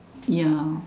ya